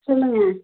சொல்லுங்க